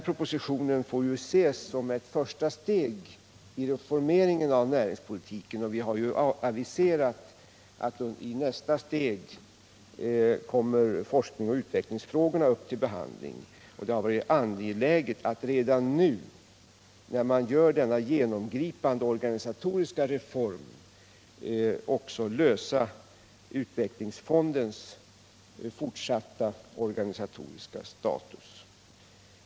Propositionen får ses som ett första steg i en reformering av näringspolitiken, och vi har aviserat att i nästa steg kommer forskningsoch utvecklingsfrågorna upp till behandling. Men det har varit angeläget att redan nu, när vi gör denna genomgripande organisatoriska reform, lösa frågan om utvecklingsfondens organisatoriska status.